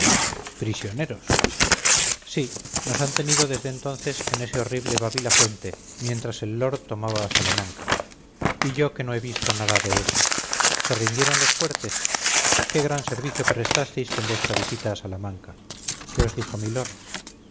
prisioneros sí nos han tenido desde entonces en ese horrible babilafuente mientras el lord tomaba a salamanca y yo que no he visto nada de eso se rindieron los fuertes qué gran servicio prestasteis con vuestra visita a salamanca qué os dijo milord